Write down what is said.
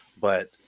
But-